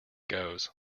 goes